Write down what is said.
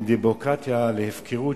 בין דמוקרטיה להפקרות,